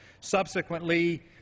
Subsequently